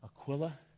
Aquila